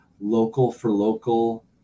local-for-local